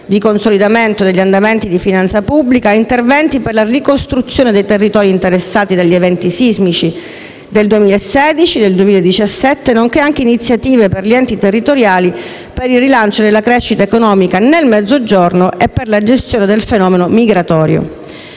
di consolidamento degli andamenti di finanza pubblica a interventi per la ricostruzione dei territori interessati dagli eventi sismici del 2016 e del 2017, nonché iniziative per gli Enti territoriali, per il rilancio della crescita economica nel Mezzogiorno e per la gestione del fenomeno migratorio.